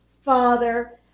father